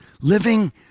Living